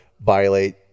violate